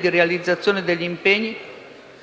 di realizzazione degli impegni